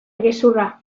gezurra